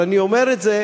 אבל אני אומר את זה